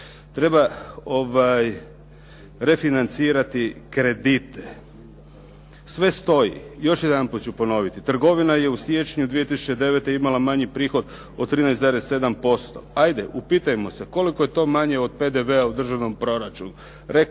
Treba refinancirati kredite. Sve stoji. Još jedanput ću ponoviti. Trgovina je u siječnju 2009. imala manji prihod od 13,7%. Ajde, upitajmo se, koliko je to manje od PDV-a u državnom proračunu.